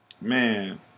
Man